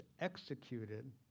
executed